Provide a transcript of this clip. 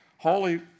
Holy